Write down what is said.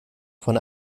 von